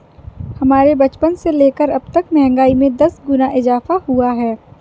हमारे बचपन से लेकर अबतक महंगाई में दस गुना इजाफा हुआ है